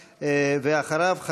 ואחריו,